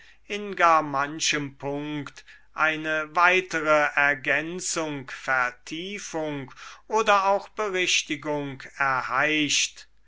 in gar manchem punkt eine weitere ergänzung vertiefung oder auch berichtigung erheischt